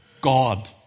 God